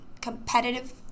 competitive